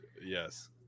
yes